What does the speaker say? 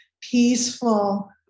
peaceful